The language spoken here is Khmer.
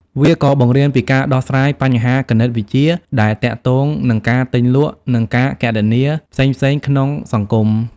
វាក៏បង្រៀនពីការដោះស្រាយបញ្ហាគណិតវិទ្យាដែលទាក់ទងនឹងការទិញលក់ និងការគណនាផ្សេងៗក្នុងសង្គម។